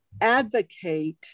advocate